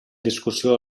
discussió